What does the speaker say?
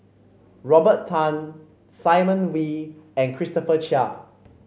Robert Tan Simon Wee and Christopher Chia